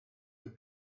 the